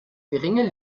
geringe